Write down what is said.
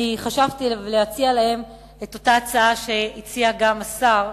חשבתי להציע להם את אותה הצעה שהציע גם השר,